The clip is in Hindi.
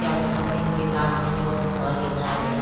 चार छः दिन के बाद में जो ओ धह लेता है